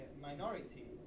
minority